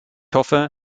hoffe